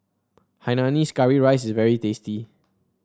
Hainanese Curry Rice is very tasty